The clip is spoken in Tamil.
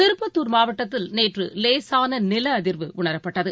திருப்பத்தூர் மாவட்டத்தில் நேற்றுலேசானநிலஅதிர்வு உணரப்பட்டது